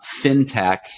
fintech